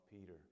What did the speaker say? Peter